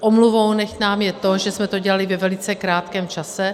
Omluvou nechť nám je to, že jsme to dělali ve velice krátkém čase.